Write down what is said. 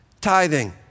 tithing